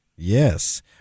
Yes